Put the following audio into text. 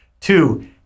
Two